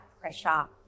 pressure